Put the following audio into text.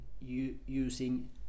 using